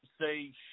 say